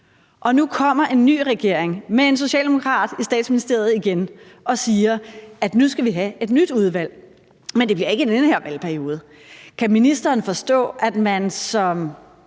Nu kommer en ny regering med en socialdemokrat i Statsministeriet igen og siger, at nu skal vi have et nyt udvalg, men at det ikke bliver i den her valgperiode. Kan ministeren forstå, at man som